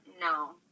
no